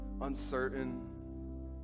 uncertain